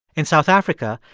in south africa,